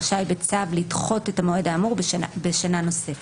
רשאי בצו לדחות את המועד האמור בשנה נוספת,